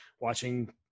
watching